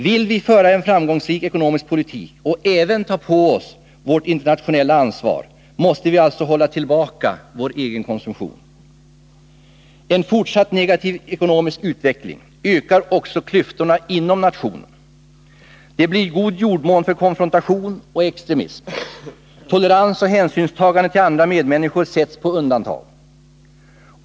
Vill vi föra en framgångsrik ekonomisk politik och även ta på oss vårt internationella ansvar, måste vi alltså hålla tillbaka vår egen konsumtion. En fortgående negativ ekonomisk utveckling ökar också klyftorna inom nationen. Det blir en god jordmån för konfrontation och extremism. Tolerans och hänsynstagande till medmänniskor sätts på undantag.